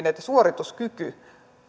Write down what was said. että suorituskyky